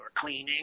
cleaning